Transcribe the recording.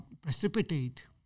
precipitate